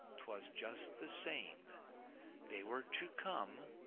twas just the same they were to come,